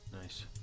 nice